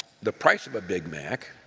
the price of a big mac.